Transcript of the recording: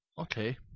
Okay